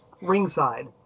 ringside